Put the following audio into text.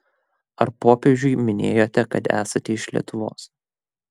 ar popiežiui minėjote kad esate iš lietuvos